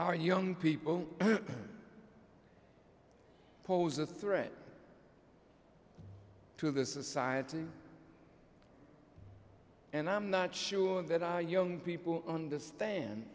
our young people who pose a threat to the society and i'm not sure that our young people understand